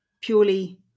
purely